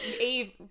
Eve